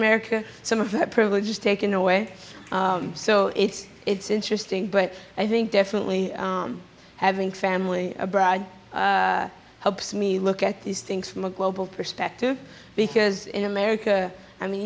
america some of the privileges taken away so it's it's interesting but i think definitely having family abroad helps me look at these things from a global perspective because in america i mean